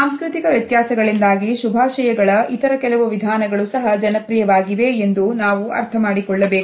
ಸಾಂಸ್ಕೃತಿಕ ವ್ಯತ್ಯಾಸಗಳಿಂದಾಗಿ ಶುಭಾಶಯಗಳ ಇತರ ಕೆಲವು ವಿಧಾನಗಳು ಸಹ ಜನಪ್ರಿಯವಾಗಿವೆ ಎಂದು ನಾವು ಅರ್ಥ ಮಾಡಿಕೊಳ್ಳಬೇಕು